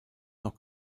noch